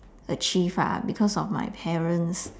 achieve ah because of my parents